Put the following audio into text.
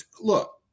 look